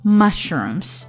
mushrooms